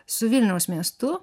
su vilniaus miestu